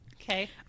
Okay